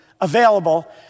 available